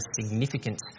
significant